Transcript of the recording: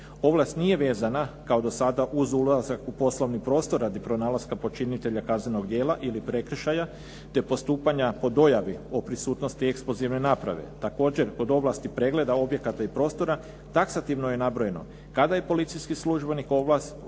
Ovlast nije vezana kao do sada uz ulazak u poslovni prostor radi pronalaska počinitelja kaznenog djela ili prekršaja te postupanja po dojavi o prisutnosti eksplozivne naprave. Također, kod ovlasti pregleda objekata i prostora taksativno je nabrojeno kada je policijski službenik ovlašten